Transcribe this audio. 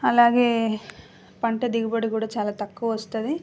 అలాగే పంట దిగుబడి కూడా చాలా తక్కువ వస్తుంది